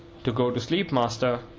to go to sleep, master.